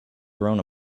thrown